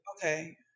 okay